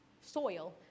soil